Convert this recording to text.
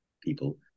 people